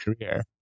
career